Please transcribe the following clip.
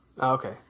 Okay